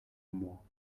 moi